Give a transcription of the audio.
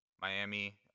Miami